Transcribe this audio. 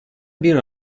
bir